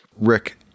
Rick